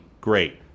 Great